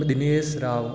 Dinesh Rao